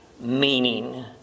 meaning